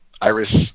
Iris